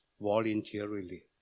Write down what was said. voluntarily